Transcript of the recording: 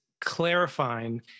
clarifying